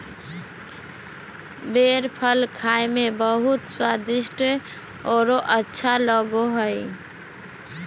बेर फल खाए में बहुत स्वादिस्ट औरो अच्छा लगो हइ